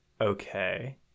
Okay